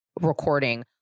recording